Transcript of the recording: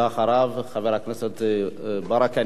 ואחריה, חבר הכנסת ברכה.